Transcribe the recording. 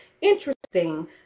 interesting